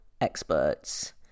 experts